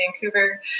Vancouver